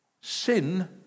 sin